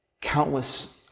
countless